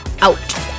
out